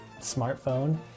smartphone